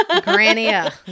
Grania